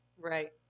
Right